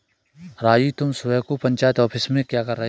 राजू तुम सुबह को पंचायत ऑफिस में क्या कर रहे थे?